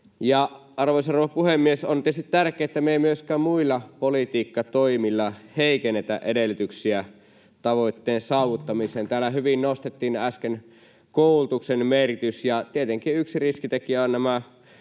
rouva puhemies! On tietysti tärkeää, että me emme myöskään muilla politiikkatoimilla heikennä edellytyksiä tavoitteen saavuttamiseen. Täällä hyvin nostettiin jo äsken koulutuksen merkitys, ja tietenkin yksi riskitekijä ovat nämä